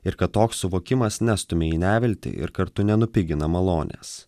ir kad toks suvokimas nestumia į neviltį ir kartu nenupigina malonės